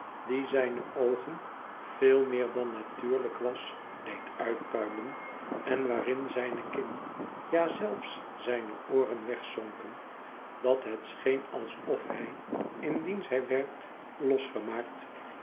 die zijne oogen veel meer dan natuurlijk was deed uitpuilen en waarin zijne kin ja zelfs zijne ooren wegzonken dat het scheen alsof hij indien zij werd losgemaakt